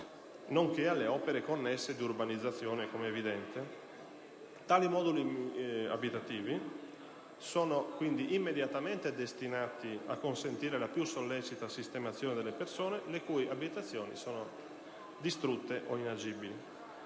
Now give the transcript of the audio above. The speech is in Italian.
nonché delle opere connesse di urbanizzazione, com'è ovvio. Tali moduli abitativi sono immediatamente destinati a consentire la più sollecita sistemazione delle persone le cui abitazioni sono distrutte e inagibili.